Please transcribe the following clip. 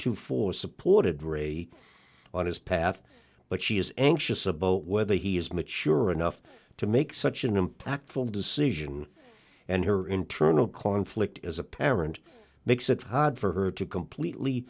to force supported ray on his path but she is anxious about whether he is mature enough to make such an impactful decision and her internal conflict as a parent makes it hard for her to completely